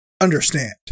understand